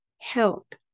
help